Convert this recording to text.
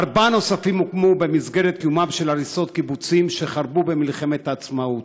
וארבעה נוספים הוקמו במסגרת קימום הריסות קיבוצים שחרבו במלחמת העצמאות: